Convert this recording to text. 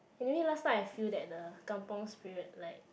for me last time I feel that the Kampung spirit like